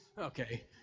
Okay